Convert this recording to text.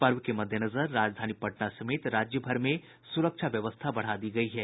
पर्व के मद्देनजर राजधानी पटना समेत राज्य भर में सुरक्षा व्यवस्था बढ़ा दी गयी है